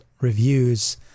reviews